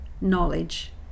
knowledge